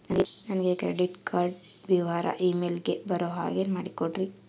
ನನಗೆ credit card ವಿವರ email ಗೆ ಬರೋ ಹಾಗೆ ಮಾಡಿಕೊಡ್ರಿ?